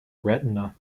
retina